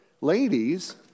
Ladies